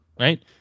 right